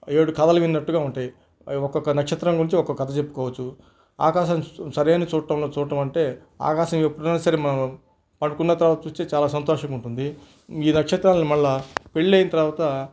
ఏడు కథలు విన్నట్టుగా ఉంటాయి ఒక్కొక్క నక్షత్రం గురించి ఒక కథ చెప్పుకోవచ్చు ఆకాశం సరైన చూట్టంలో చూట్టంమంటే ఆకాశం ఎప్పుడన్నా సరే మనం పడుకున్న తర్వాత చూస్తే చాలా సంతోషంగా ఉంటుంది ఈ నక్షత్రాలని మళ్ళీ పెళ్ళైన తరవాత